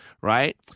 right